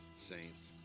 Saints